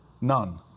none